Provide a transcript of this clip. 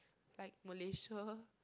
like Malaysia